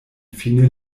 fine